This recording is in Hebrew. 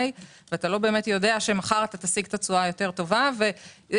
ואתה לא באמת יודע שמחר תשיג את התשואה הטובה ביותר.